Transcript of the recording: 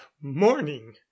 morning